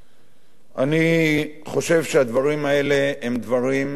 אני חושב שהדברים האלה הם דברים קשים,